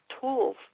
tools